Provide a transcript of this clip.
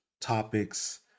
topics